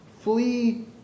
flee